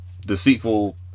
deceitful